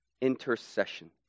intercession